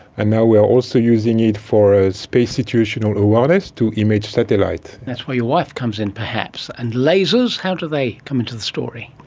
and now we are also using it for ah space situational awareness to image satellite. that's where your wife comes in perhaps. and lasers, how do they come into the story?